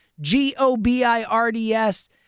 G-O-B-I-R-D-S